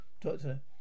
Doctor